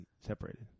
separated